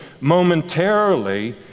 momentarily